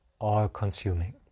all-consuming